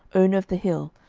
owner of the hill,